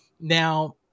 Now